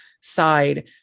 side